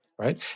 Right